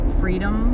freedom